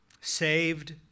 saved